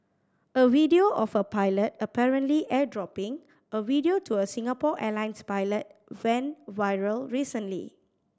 a video of a pilot apparently airdropping a video to a Singapore Airlines pilot went viral recently